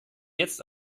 jetzt